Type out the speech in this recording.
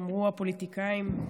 אמרו הפוליטיקאים,